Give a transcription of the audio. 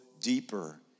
deeper